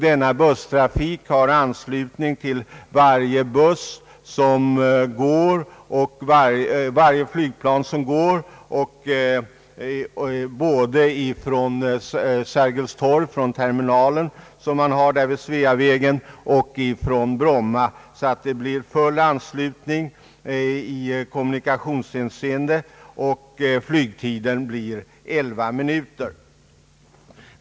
Denna innebär att man har anslutning till varje flyglägenhet både från terminalen vid Sergels torg—Sveavägen och från Bromma. Man har alltså i kommunikationshänseende full anslutning. Restiden är 18 minuter.